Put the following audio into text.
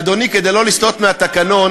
ואדוני, כדי לא לסטות מהתקנון,